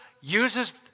uses